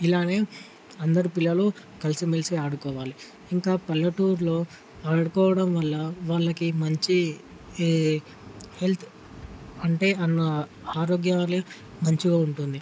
ఇలానే అందరు పిల్లలు కలిసిమెలిసి ఆడుకోవాలి ఇంకా పల్లెటూరులో ఆడుకోవడంవల్ల వాళ్లకి మంచి హెల్త్ అంటే అన్నఆరోగ్యలే మంచిగా ఉంటుంది